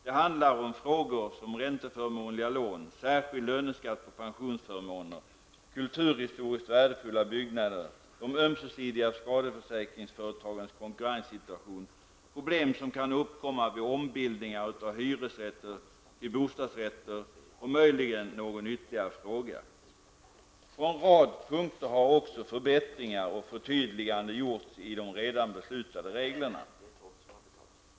Det handlar om frågor som ränteförmånliga lån, särskild löneskatt på pensionsförmåner, kulturhistoriskt värdefulla byggnader, de ömsesidiga skadeförsäkringsföretagens konkurrenssituation, problem som kan uppkomma vid ombildningar av hyresrätter till bostadsrätter, och möjligen någon ytterligare fråga. På en rad punkter har också förbättringar och förtydliganden gjorts i de redan beslutade reglerna.